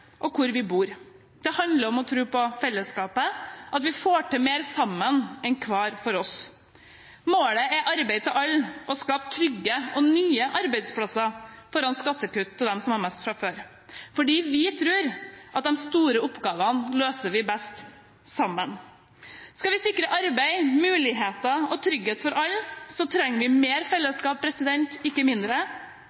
og hvor vi bor. Det handler om å tro på fellesskapet, at vi får til mer sammen enn hver for oss. Målet er arbeid til alle og å skape trygge og nye arbeidsplasser framfor skattekutt til dem som har mest fra før. For vi tror at de store oppgavene løser vi best sammen. Skal vi sikre arbeid, muligheter og trygghet for alle, trenger vi mer